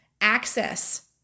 access